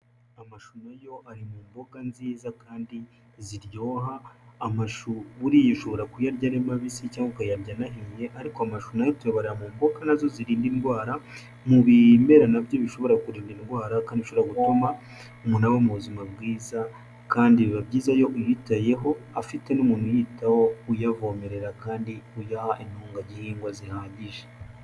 Amashu na yo ari mu mboga nziza kandi ziryoha. Amashu buriya ushobora kuyarya ari mabisi cyangwa ukayarya anahiye. Ariko amashu nayo tuyabarira mu mboga zirinda indwara mu bimera nabyo bishobora kurinda indwara kandi bishobora gutuma umuntu aba mu buzima bwiza. Kandi biba byiza iyo uyitayeho afite n'umuntu uyitaho uyavomerera kandi uyaha intungagihingwa zihagije.